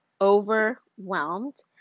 overwhelmed